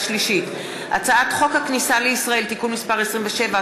שלישית: הצעת חוק הכניסה לישראל (תיקון מס' 27),